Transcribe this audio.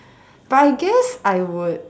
but I guess I would